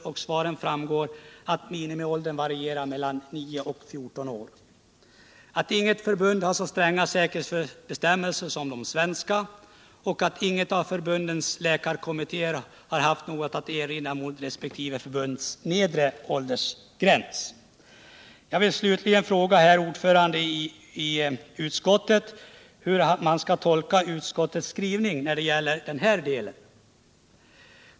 Av svaren framgår att inget förbund har så stränga säkerhetsbestämmelser som det svenska och att ingen av förbundens läkarkommittéer har haft någon erinran mot sina resp. förbunds nedre åldersgräns. Jag vill slutligen fråga ordföranden i utskottet hur man skall tolka utskottets skrivning.